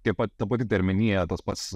tie pat ta pati terminija tas pats